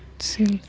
চিল